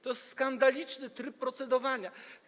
To jest skandaliczny tryb procedowania.